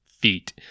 feet